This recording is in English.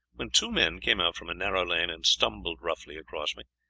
when two men came out from a narrow lane and stumbled roughly across me.